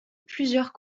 plusieurs